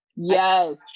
yes